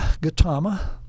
Gautama